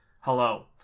Hello